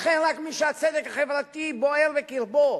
לכן, רק מי שהצדק החברתי בוער בקרבו,